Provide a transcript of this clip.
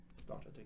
started